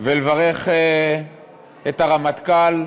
ולברך את הרמטכ"ל,